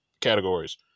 categories